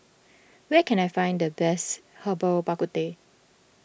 where can I find the best Herbal Bak Ku Teh